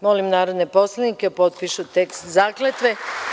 Molim narodne poslanike da potpišu tekst zakletve.